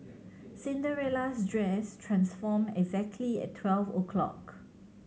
Cinderella's dress transformed exactly at twelve o' clock